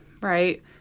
right